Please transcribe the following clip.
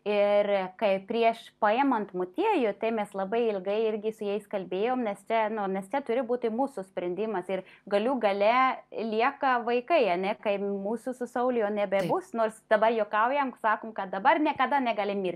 ir kaip prieš paimant motiejų tai mes labai ilgai irgi su jais kalbėjom nes čia nu čia turi būti mūsų sprendimas ir galų gale lieka vaikai a ne kai mūsų su sauliu jau nebebus nors dabar juokaujam sakom kad dabar niekada negali mirti